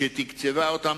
היא תקצבה אותם